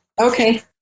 Okay